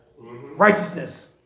Righteousness